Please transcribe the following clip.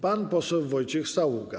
Pan poseł Wojciech Saługa.